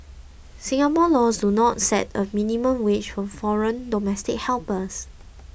Singapore laws do not set a minimum wage for foreign domestic helpers